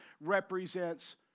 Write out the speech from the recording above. represents